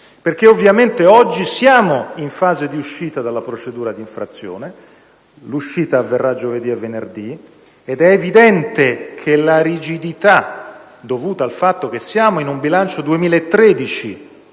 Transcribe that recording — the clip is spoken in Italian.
questo? Ovviamente oggi siamo in fase d'uscita dalla procedura di infrazione. L'uscita avverrà giovedì e venerdì, ed è evidente che la rigidità è dovuta al fatto che siamo in un bilancio 2013.